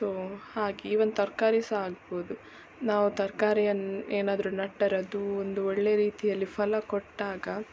so ಹಾಗೆ even ತರ್ಕಾರಿ ಸಹ ಆಗ್ಬೋದು ನಾವು ತರಕಾರಿ ಏನಾದರೂ ನೆಟ್ಟರೆ ಅದು ಒಂದು ಒಳ್ಳೆ ರೀತಿಯಲ್ಲಿ ಫಲ ಕೊಟ್ಟಾಗ